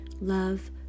Love